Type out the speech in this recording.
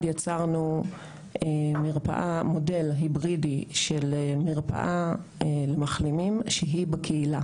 יצרנו מודל היברידי למרפאת מחלימים שנמצאת בקהילה.